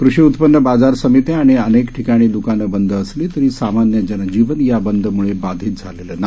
कृषी उत्पन्न बाजार समित्या आणि अनेक ठिकाणी द्कानं बंद असली तरी सामान्य जनजीवन या बंदम्ळे बाधित झालेलं नाही